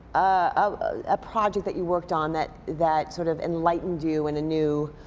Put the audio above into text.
a project that you worked on that that sort of enlightened you in a new